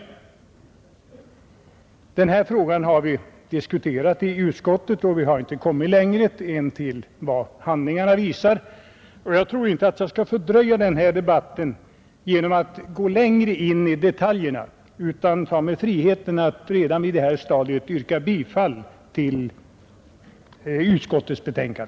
Torsdagen den Denna fråga har vi diskuterat i utskottet, men vi har inte kommit 6 maj 1971 längre än vad handlingarna visar. Jag tror inte att jag skall förlänga denna — debatt genom att gå längre in i detaljerna utan tar mig friheten att redan EXekutiv försäljning på detta stadium yrka bifall till utskottets hemställan.